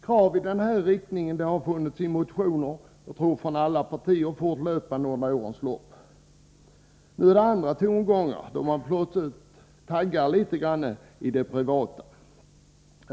Krav i denna riktning har fortlöpande under årens lopp framförts i motioner — jag tror från alla partier. Nu är det andra tongångar, då man plötsligt tangerat det privata vinstintresset.